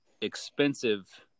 expensive